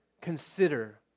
consider